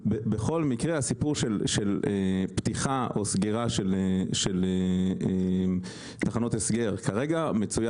בכל מקרה הסיפור של פתיחה או סגירה של תחנות הסגר כרגע מצויה